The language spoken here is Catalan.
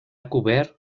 cobert